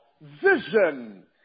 Vision